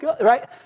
right